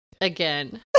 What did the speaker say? again